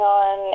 on